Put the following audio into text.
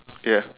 ya